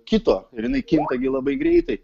kito ir jinai kinta gi labai greitai